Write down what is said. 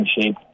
shape